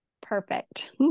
Perfect